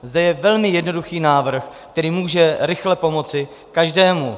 Zde je velmi jednoduchý návrh, který může rychle pomoci každému.